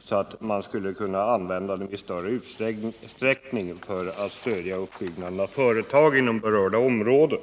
så att de skulle kunna användas i större utsträckning för att stödja uppbyggnad av företag inom berörda områden.